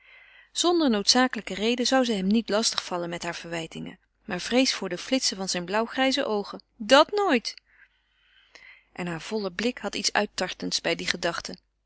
zonder noodzakelijke reden zou zij hem niet lastig vallen met hare verwijtingen maar vrees voor de flitsen van zijn blauwgrijze oogen dat nooit en haar volle blik had iets uittartends bij die gedachte